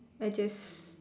I just